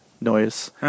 noise